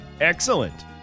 excellent